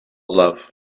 love